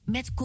Met